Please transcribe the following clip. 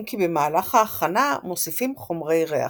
אם כי במהלך ההכנה מוסיפים חומרי ריח.